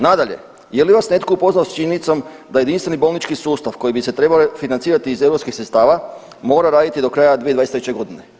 Nadalje, je li vas netko upoznao s činjenicom da jedinstveni bolnički sustav koji bi se trebao financirati iz europskih sredstava mora raditi do kraja 2023.g.